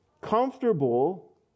comfortable